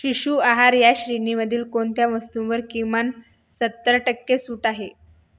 शिशु आहार या श्रेणीमधील कोणत्या वस्तूंवर किमान सत्तर टक्के सूट आहे